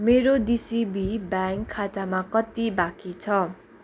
मेरो DCB bank खातामा कति बाँकी छ